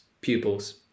pupils